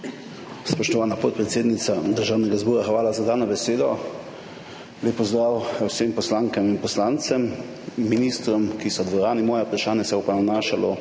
Spoštovana podpredsednica Državnega zbora, hvala za dano besedo. Lep pozdrav vsem poslankam in poslancem, ministrom, ki so v dvorani! Moje vprašanje se bo